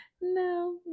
no